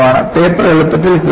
paper എളുപ്പത്തിൽ കീറുന്നു